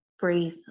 breathe